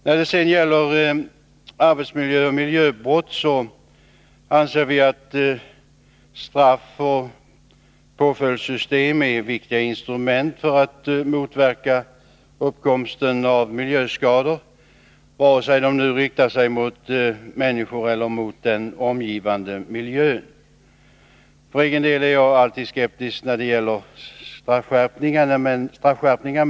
När det sedan gäller arbetsmiljöoch miljöbrott anser vi att straffoch påföljdssystem är viktiga instrument för att motverka uppkomsten av miljöskador, oavsett om de riktar sig mot människor eller mot den omgivande miljön. För egen del är jag alltid skeptisk till straffskärpningar.